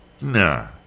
Nah